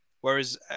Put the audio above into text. Whereas